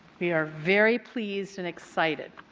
we are very pleased and excited,